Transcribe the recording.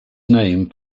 named